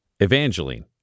Evangeline